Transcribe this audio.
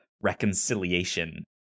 reconciliation